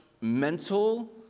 mental